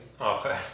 Okay